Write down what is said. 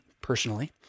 personally